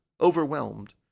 overwhelmed